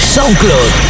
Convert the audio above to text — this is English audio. SoundCloud